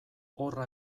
horra